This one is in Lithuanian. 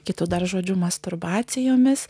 kitu dar žodžiu masturbacijomis